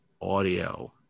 audio